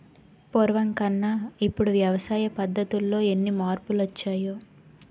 పూర్వకన్నా ఇప్పుడు వ్యవసాయ పద్ధతుల్లో ఎన్ని మార్పులొచ్చాయో